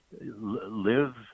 live